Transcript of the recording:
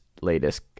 latest